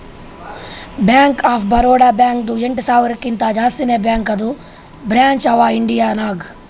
bank of Baroda ಬ್ಯಾಂಕ್ದು ಎಂಟ ಸಾವಿರಕಿಂತಾ ಜಾಸ್ತಿನೇ ಬ್ಯಾಂಕದು ಬ್ರ್ಯಾಂಚ್ ಅವಾ ಇಂಡಿಯಾ ನಾಗ್